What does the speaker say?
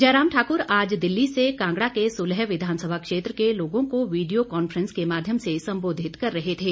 जयराम ठाकुर आज दिल्ली से कांगड़ा के सुलह विधानसभा क्षेत्र के लोगों को वीडियो कांफ्रेंस के माध्यम से संबोधित कर रहे थे